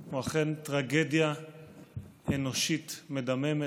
הוא אכן טרגדיה אנושית מדממת,